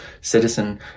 citizen